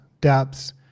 depths